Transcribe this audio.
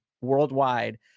worldwide